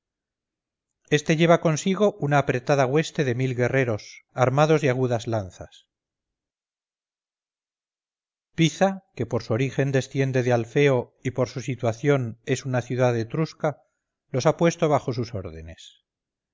este lleva consigo una apretada hueste de mil guerreros armados de agudas lanzas piza que por su origen desciende del alfeo y por su situación es una ciudad etrusca los ha puesto bajo sus órdenes